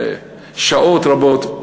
שעות רבות,